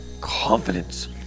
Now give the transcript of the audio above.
confidence